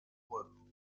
fuego